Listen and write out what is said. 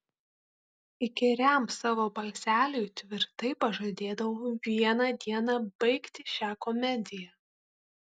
įkyriam savo balseliui tvirtai pažadėdavau vieną dieną baigti šią komediją